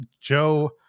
joe